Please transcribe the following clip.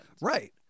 Right